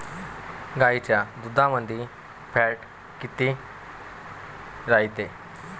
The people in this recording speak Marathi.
गाईच्या दुधामंदी फॅट किती रायते?